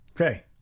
Okay